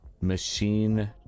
machine